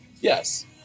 Yes